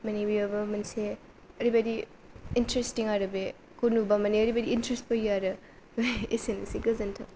माने बियावबो मोनसे ओरैबायदि इन्ट्रसटिं आरो बेखौ नुब्ला माने ओरैबायदि इन्ट्रस्ट फैयो आरो एसेनोसै गोजोन्थों